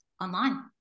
Online